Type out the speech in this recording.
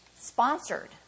sponsored